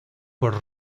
por